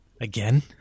Again